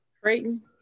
Creighton